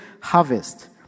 harvest